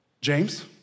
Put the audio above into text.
James